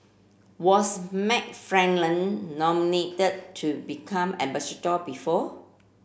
was McFarland nominated to become ambassador before